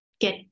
get